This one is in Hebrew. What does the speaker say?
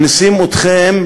מכניסים אתכם